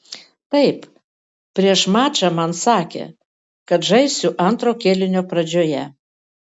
taip prieš mačą man sakė kad žaisiu antro kėlinio pradžioje